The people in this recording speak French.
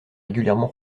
régulièrement